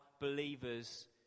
believers